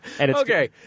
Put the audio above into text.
Okay